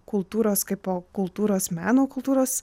kultūros kaipo kultūros meno kultūros